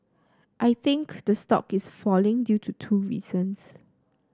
I think the stock is falling due to two reasons